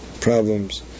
problems